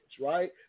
right